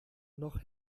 noch